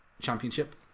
championship